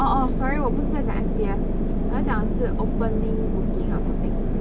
orh orh sorry 我不是在讲 S_B_F 我要讲的是 opening booking ah something